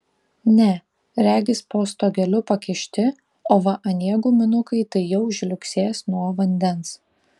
ne regis po stogeliu pakišti o va anie guminukai tai jau žliugsės nuo vandens